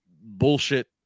bullshit